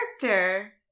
character